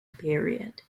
period